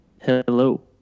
Hello